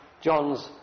John's